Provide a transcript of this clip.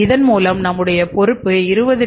இதன் மூலம் நம்முடைய பொறுப்பு 20 சி